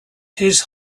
his